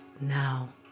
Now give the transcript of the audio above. now